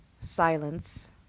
Silence